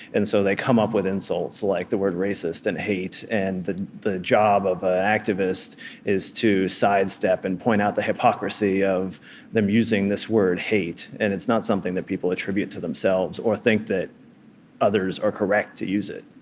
and so they come up with insults like the word racist, and hate. and the the job of an activist is to sidestep sidestep and point out the hypocrisy of them using this word, hate. and it's not something that people attribute to themselves or think that others are correct to use it